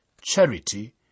charity